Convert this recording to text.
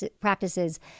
practices